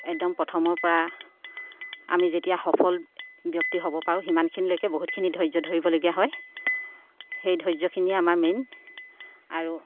একদম প্ৰথমৰ পৰা আমি যেতিয়া সফল ব্যক্তি হ'ব পাৰোঁ সিমানখিনিলৈকে বহুতখিনি ধৈৰ্য ধৰিবলগীয়া হয় সেই ধৈৰ্যখিনিয়ে আমাৰ মেইন আৰু